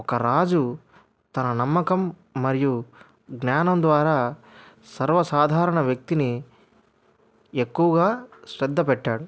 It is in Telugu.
ఒక రాజు తన నమ్మకం మరియు జ్ఞానం ద్వారా సర్వసాధారణ వ్యక్తిని ఎక్కువగా శ్రద్ధ పెట్టాడు